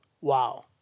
Wow